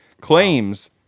claims